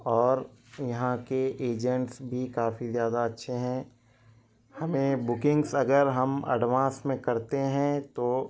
اور یہاں کے ایجنٹس بھی کافی زیادہ اچھے ہیں ہمیں بکنگس اگر ہم ایڈوانس میں کرتے ہیں تو